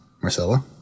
Marcella